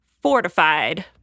Fortified